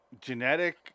Genetic